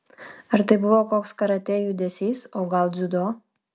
ar tai buvo koks karatė judesys o gal dziudo